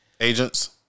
Agents